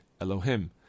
Elohim